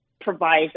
provides